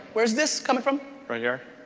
where's this coming from? right here.